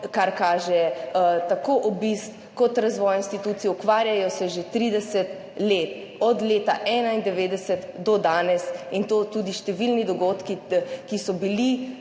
kar kaže tako obisk kot razvoj institucij. Ukvarjajo se že 30 let, od leta 1991 do danes. To tudi številni dogodki, ki so bili